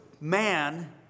man